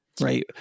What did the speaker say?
Right